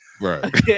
Right